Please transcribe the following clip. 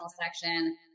section